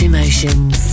Emotions